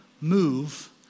move